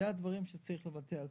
אלה הדברים שצריך לבצע.